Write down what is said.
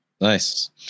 nice